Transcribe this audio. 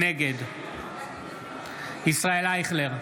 נגד ישראל אייכלר,